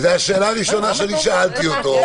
וזאת השאלה הראשונה שאני שאלתי אותו.